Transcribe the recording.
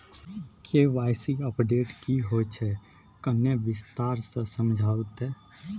KYC update की होय छै किन्ने विस्तार से समझाऊ ते?